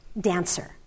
dancer